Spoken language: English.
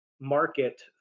market